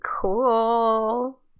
cool